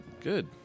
Good